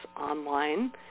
online